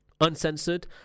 Uncensored